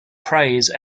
praise